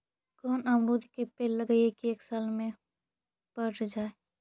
कोन अमरुद के पेड़ लगइयै कि एक साल में पर जाएं?